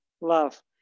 love